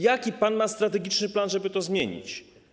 Jaki ma pan strategiczny plan, żeby to zmienić?